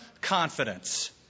confidence